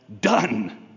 done